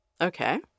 Okay